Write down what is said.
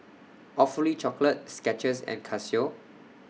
Awfully Chocolate Skechers and Casio